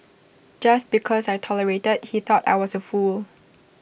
just because I tolerated he thought I was A fool